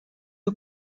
you